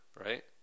right